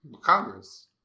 Congress